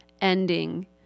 ending